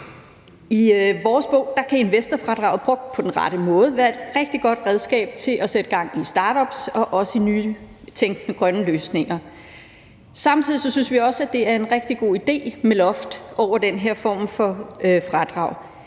I vores bog kan investorfradraget brugt på den rette måde være et rigtig godt redskab til at sætte gang i startups og også i nytænkende grønne løsninger. Samtidig synes vi også, at det er en rigtig god idé med et loft over den her form for fradrag.